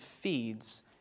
feeds